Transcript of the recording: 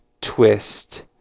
twist